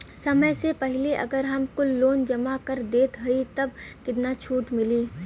समय से पहिले अगर हम कुल लोन जमा कर देत हई तब कितना छूट मिली?